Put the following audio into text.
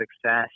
success